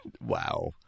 Wow